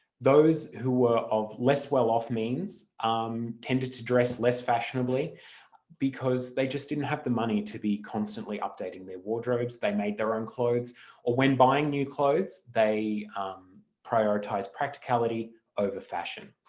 those who were of less well-off means um tended to dress less fashionably because they just didn't have the money to be constantly updating their wardrobes, they made their own clothes or when buying new clothes they prioritised practicality over fashion.